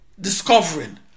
discovering